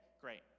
great